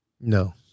No